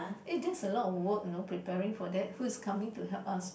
eh that's a lot of work you know preparing for who's coming to help us